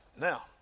Now